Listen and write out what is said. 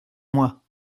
moi